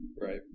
Right